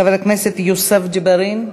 חבר הכנסת יוסף ג'בארין.